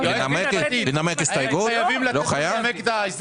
לנמק הסתייגות לא חייב?